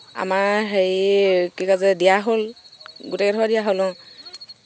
আমাৰ হেৰি কি কয় যে দিয়া হ'ল গোটেই ডখৰত দিয়া হ'ল অঁ